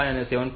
5 અને 7